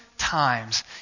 Times